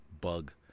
bug